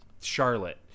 charlotte